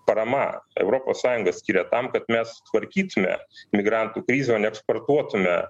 parama europos sąjunga skiria tam kad mes tvarkytume migrantų krizę o ne eksportuotume